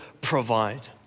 provide